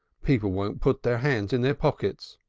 people won't put their hands in their pockets.